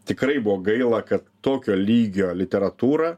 tikrai buvo gaila kad tokio lygio literatūra